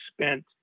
spent